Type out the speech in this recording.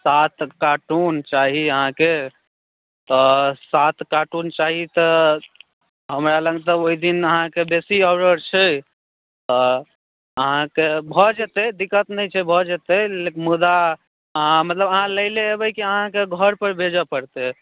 सात कार्टून चाही अहाँके तऽ सात कार्टून चाही तऽ हमरा लग तऽ ओहि दिन अहाँके बेसी ऑर्डर छै तऽ अहाँके भऽ जेतै दिक्कत नहि छै भऽ जेतै लेकिन मुदा अहाँ मतलब अहाँ लै लय अयबै की अहाँके घर पर भेजऽ परतै